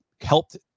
helped